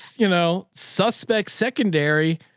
you know, suspect secondary.